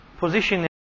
Position